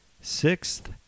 Sixth